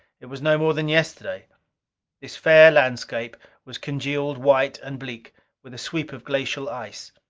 it was no more than yesterday this fair landscape was congealed white and bleak with a sweep of glacial ice.